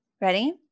Ready